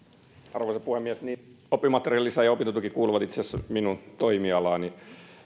arvoisa puhemies oppimateriaalilisä ja opintotuki kuuluvat itse asiassa minun toimialaani